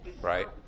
right